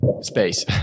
space